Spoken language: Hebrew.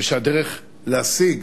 ושהדרך להשיג